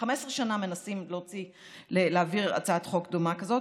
15 שנים מנסים להעביר הצעת חוק דומה כזאת,